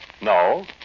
No